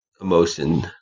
emotion